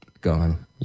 gone